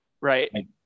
Right